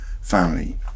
family